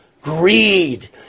greed